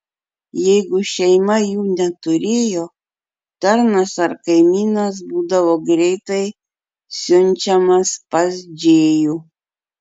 jeigu šeima jų neturėjo tarnas ar kaimynas būdavo greitai siunčiamas pas džėjų